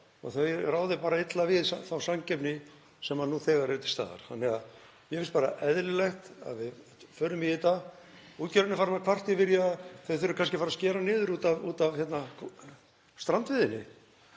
og það ráði bara illa við þá samkeppni sem nú þegar er til staðar. Þannig að mér finnst bara eðlilegt að við förum í þetta. Útgerðin er farin að kvarta yfir því að hún þurfi kannski að skera niður út af strandveiðinni.